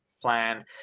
plan